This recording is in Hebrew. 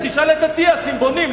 תשאל את אטיאס אם בונים.